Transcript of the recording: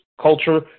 culture